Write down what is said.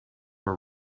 were